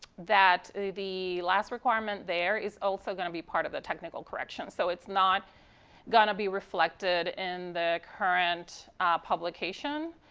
that the last requirement there is also going to be part of the technical corrections. so it's not going to be reflected in the current publication,